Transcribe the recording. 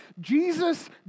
Jesus